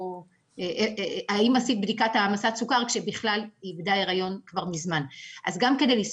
או "האם עשית בדיקת העמסת סוכר?" כשבכלל היא איבדה את ההיריון כבר מזמן.